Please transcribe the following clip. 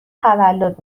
تولد